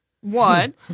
One